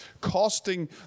costing